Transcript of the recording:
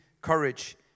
courage